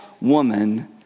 Woman